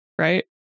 Right